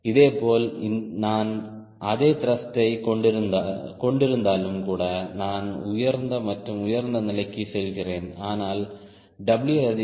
இதேபோல் நான் அதே த்ருஷ்ட் யை கொண்டிருந்தாலும் கூட நான் உயர்ந்த மற்றும் உயர்ந்த நிலைக்குச் செல்கிறேன் ஆனால் W அதிகரிக்கும்